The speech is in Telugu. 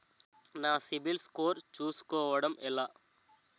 నా సిబిఐఎల్ స్కోర్ చుస్కోవడం ఎలా?